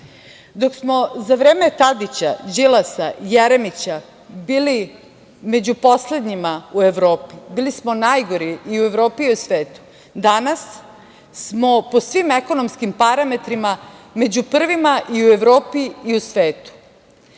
smo za vreme Tadića, Đilasa, Jeremića bili među poslednjima u Evropi, bili smo najgori i u Evropi i u svetu, danas smo po svim ekonomskim parametrima među prvima i u Evropi i u svetu. Iz